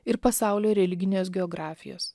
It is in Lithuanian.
ir pasaulio religinės geografijos